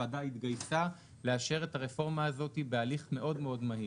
הוועדה התגייסה לאשר את הרפורמה הזאת בהליך מאוד מאוד מהיר.